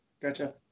Gotcha